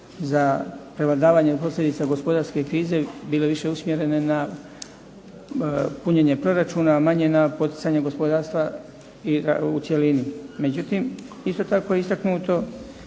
za prevladavanje posljedica gospodarske krize bile više usmjerene na punjenje proračuna a manje na poticanje gospodarstva u cjelini. Međutim, isto tako je istaknuto